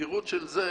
התדירות של זה